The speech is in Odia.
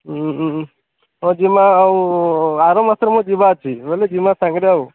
ଉଁ ହୁଁ ହଁ ଜିମା ଆଉ ଆର ମାସରେ ମୋ ଯିବା ଅଛି ବୋଇଲେ ଯିବା ସାଙ୍ଗରେ ଆଉ